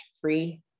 free